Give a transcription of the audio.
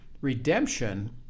redemption